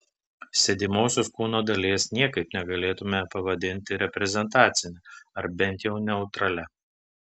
sėdimosios kūno dalies niekaip negalėtumėme pavadinti reprezentacine ar bent jau neutralia